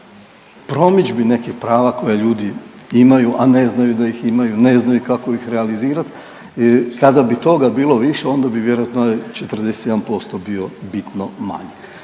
promidžbi nekih prava koje ljudi imaju, a ne znaju da ih imaju, ne znaju kako ih realizirat. Kada bi toga bilo više onda bi vjerojatno 41% bio bitno manji.